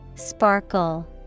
Sparkle